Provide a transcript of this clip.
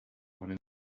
one